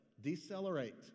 decelerate